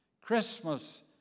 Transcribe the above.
Christmas